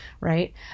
right